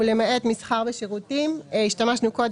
ולמעט מסחר ושירותים: השתמשנו קודם